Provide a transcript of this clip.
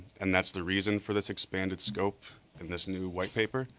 and that's the reason for this expanded scope and this new white paper.